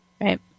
right